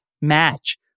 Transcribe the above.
match